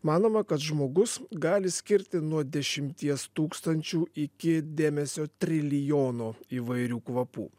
manoma kad žmogus gali skirti nuo dešimties tūkstančių iki dėmesio trilijono įvairių kvapų